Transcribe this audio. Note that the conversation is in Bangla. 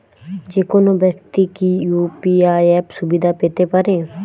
যেকোনো ব্যাক্তি কি ইউ.পি.আই অ্যাপ সুবিধা পেতে পারে?